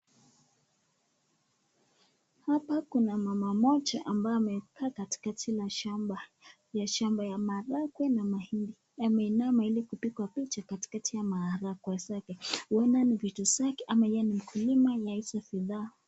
Hapa kuna mama mmoja ambaye amekaa katikati la shamba, ya shamba ya mahargwe na mahindi. Ameinama ili kupigwa picha katikati ya maharagwe zake, huenda ni vitu zake au ni mkulima wa hizi bidhaa.